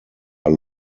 are